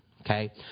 okay